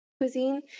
cuisine